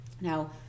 Now